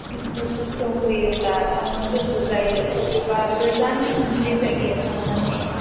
दुखु खस्थ' फैयोब्ला थांनो गोसो जायो बबेबा गोजान मोनसे जायगायाव थांनानै